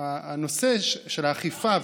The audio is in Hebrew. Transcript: הנושא של האכיפה,